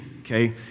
okay